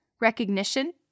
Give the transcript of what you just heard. recognition